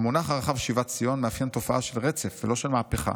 "המונח הרחב 'שיבת ציון' מאפיין תופעה של רצף ולא של מהפכה,